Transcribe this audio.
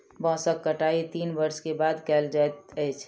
बांसक कटाई तीन वर्ष के बाद कयल जाइत अछि